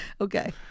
Okay